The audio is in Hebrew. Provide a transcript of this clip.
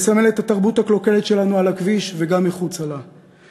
מסמל את התרבות הקלוקלת שלנו על הכביש וגם מחוצה לו.